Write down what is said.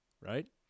Right